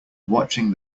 watching